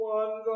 one